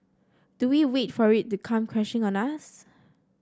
do we wait for it to come crashing on us